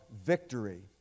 victory